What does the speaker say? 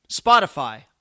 Spotify